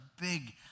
big